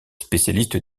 spécialiste